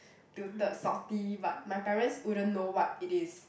tilted salty but my parents wouldn't know what it is